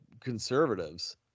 conservatives